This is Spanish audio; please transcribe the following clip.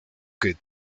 que